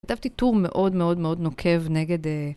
כתבתי טור מאוד מאוד מאוד נוקב נגד...